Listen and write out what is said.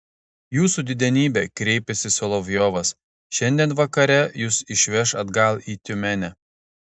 jūsų didenybe kreipėsi solovjovas šiandien vakare jus išveš atgal į tiumenę